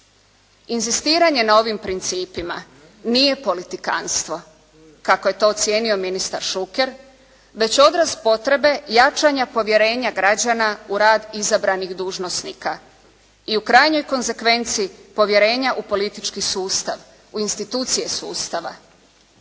Inzistiranje na ovim principima nije politikantstvo kako je to ocijenio ministar Šuker već odraz potrebe jačanja povjerenja građana u rad izabranih dužnosnika i u krajnjoj konzekvenci povjerenja u politički sustav, u institucije sustava.